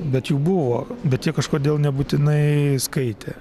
bet jų buvo bet jie kažkodėl nebūtinai skaitė